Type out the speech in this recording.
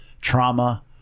trauma